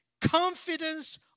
confidence